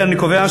בבקשה.